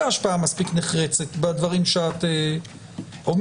השפעה מספיק נחרצת בדברים שאת אומרת.